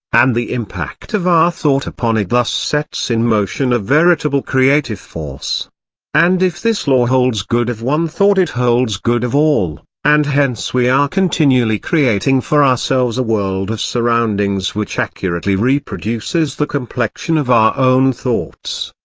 and the impact of our thought upon it thus sets in motion a veritable creative force and if this law holds good of one thought it holds good of all, and hence we are continually creating for ourselves a world of surroundings which accurately reproduces the complexion of our own thoughts.